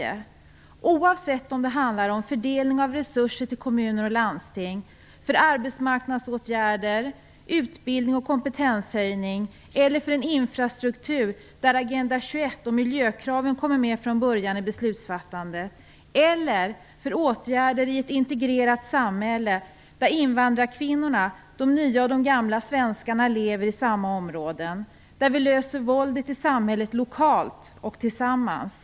Detta gäller oavsett om det handlar om fördelningen av resurser till kommuner och landsting för arbetsmarknadsåtgärder, utbildning och kompetenshöjning, för en infrastruktur där Agenda 21 och miljökraven kommer med från början i beslutsfattandet eller för åtgärder i ett integrerat samhälle, där de nya och de gamla svenskarna lever i samma områden och där vi löser problemet med våldet i samhället lokalt och tillsammans.